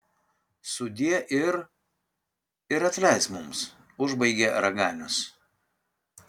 sudie ir ir atleisk mums užbaigė raganius